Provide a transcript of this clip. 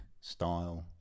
style